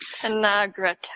Tanagra